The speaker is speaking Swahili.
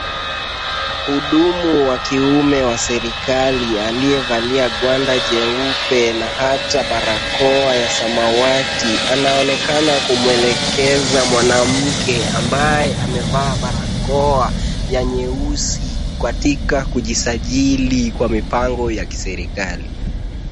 Muhudumu wa kiume wa serikali aliyevalia gwanda jeupe na ata barakoa ya samawati anaonekana kumwelekeza mwanamke ambaye amevaa barakoa ya nyeusi katika kujisajili kwa mipango ya kiserikali.